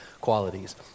qualities